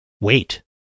wait